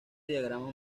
diagrama